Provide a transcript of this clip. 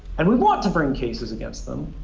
and we want to bring cases against them.